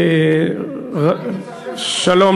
שמעתי שאתה מחפש את האופוזיציה,